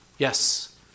Yes